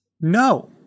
No